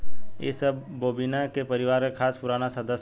इ सब बोविना के परिवार के खास पुराना सदस्य हवन